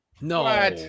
No